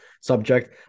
subject